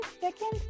second